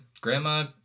Grandma